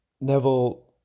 Neville